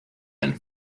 ein